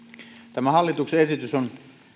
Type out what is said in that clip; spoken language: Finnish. tämä hallituksen esitys on